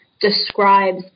describes